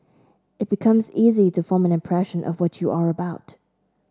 it becomes easy to form an impression of what you are about